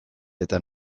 eta